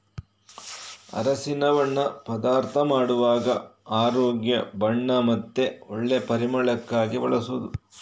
ಅರಸಿನವನ್ನ ಪದಾರ್ಥ ಮಾಡುವಾಗ ಆರೋಗ್ಯ, ಬಣ್ಣ ಮತ್ತೆ ಒಳ್ಳೆ ಪರಿಮಳಕ್ಕಾಗಿ ಬಳಸುದು